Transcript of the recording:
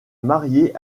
marié